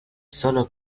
solo